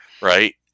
Right